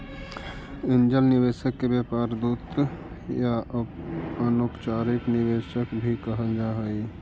angel निवेशक के व्यापार दूत या अनौपचारिक निवेशक भी कहल जा हई